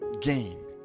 gain